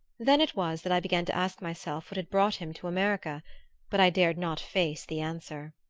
then it was that i began to ask myself what had brought him to america but i dared not face the answer.